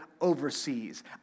overseas